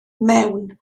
mewn